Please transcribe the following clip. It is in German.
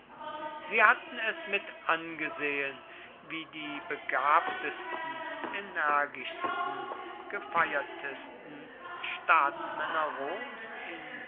sie hatten es mitangesehen wie die begabtesten energischsten gefeiertsten staatsmänner roms in